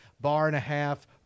bar-and-a-half